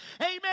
Amen